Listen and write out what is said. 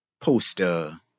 poster